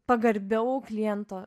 pagarbiau kliento